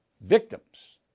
Victims